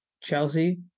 Chelsea